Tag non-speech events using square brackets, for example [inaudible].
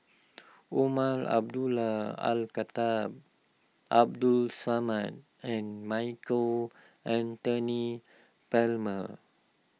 [noise] Umar Abdullah Al Khatib Abdul Samad and Michael Anthony Palmer